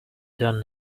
done